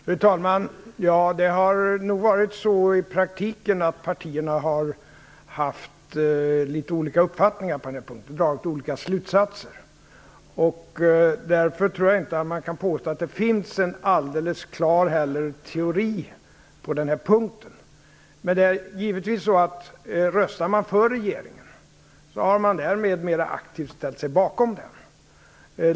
Fru talman! Det har nog i praktiken varit så att partierna har haft litet olika uppfattningar på den punkten och dragit olika slutsatser. Därför tror jag inte att man kan påstå att det finns en alldeles klar teori på den här punkten. Röstar man för regeringen har man därmed mer aktivt ställt sig bakom den.